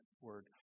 word